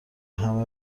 همه